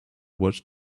watch